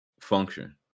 function